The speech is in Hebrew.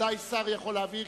ודאי שר יכול להבהיר.